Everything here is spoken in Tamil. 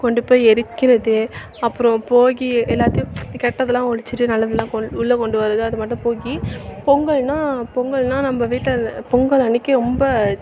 கொண்டுப்போய் எரிக்கிறது அப்பறம் போகி எல்லாத்தையும் கெட்டதெல்லாம் ஒழித்துட்டு நல்லதெல்லாம் உள்ள கொண்டு வர்றது அது மாதிரி தான் போகி பொங்கல்னால் பொங்கல்னால் நம்ம வீட்டில் பொங்கல் அன்றைக்கு ரொம்ப